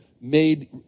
made